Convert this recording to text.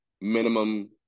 minimum